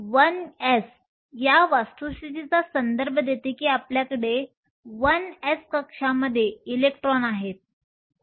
1s या वस्तुस्थितीचा संदर्भ देते की आपल्याकडे 1s कक्षामध्ये इलेक्ट्रॉन आहे